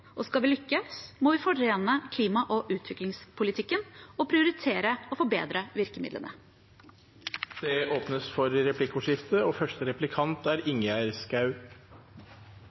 Skal vi lykkes, må vi forene klima- og utviklingspolitikken og prioritere å forbedre virkemidlene. Det blir replikkordskifte.